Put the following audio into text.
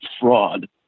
fraud